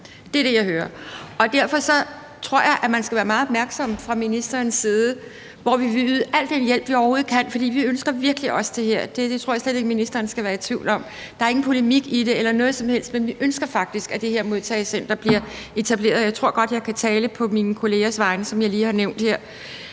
Det er det, jeg hører, og derfor tror jeg, at man fra ministerens side skal være meget opmærksom på, at vi vil yde al den hjælp, vi overhovedet kan, fordi vi virkelig også ønsker det her. Det tror jeg slet ikke ministeren skal være i tvivl om. Der er ingen polemik i det eller noget som helst, men vi ønsker faktisk, at det her modtagecenter bliver etableret, og jeg tror godt, jeg kan tale på de kollegers vegne, som jeg lige har nævnt her.